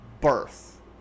birth